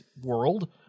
world